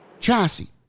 Chassis